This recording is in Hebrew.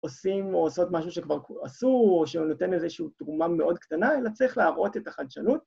‫עושים או עושות משהו שכבר עשו ‫או שנותן איזושהי תרומה מאוד קטנה, ‫אלא צריך להראות את החדשנות.